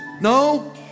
No